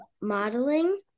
modeling